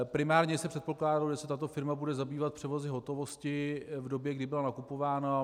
Primárně se předpokládalo, že se tato firma bude zabývat převozy hotovosti v době, kdy byla nakupována.